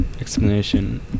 explanation